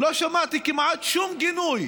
לא שמעתי כמעט שום גינוי